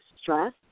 stress